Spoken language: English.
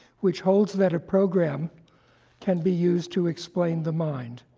which holds that a program can be used to explain the mind.